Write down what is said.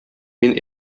мин